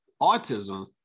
autism